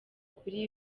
kuri